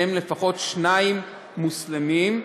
מהם לפחות שניים מוסלמים.